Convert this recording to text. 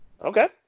Okay